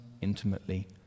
intimately